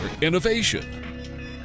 innovation